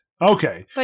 Okay